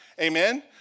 Amen